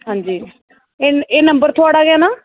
हां जी एह् एह् नंबर थुआढ़ा गै न